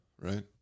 right